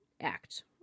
act